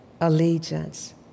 allegiance